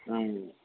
ம்